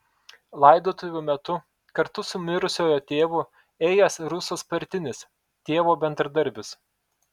laidotuvių metu kartu su mirusiojo tėvu ėjęs rusas partinis tėvo bendradarbis